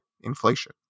inflation